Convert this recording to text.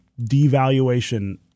devaluation